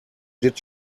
did